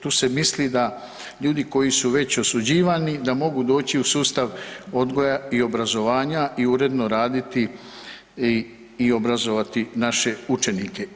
Tu se misli da ljudi koji su već osuđivani da mogu doći u sustav odgoja i obrazovanja i uredno raditi i obrazovati naše učenike.